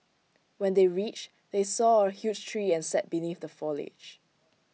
when they reached they saw A huge tree and sat beneath the foliage